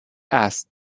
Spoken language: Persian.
است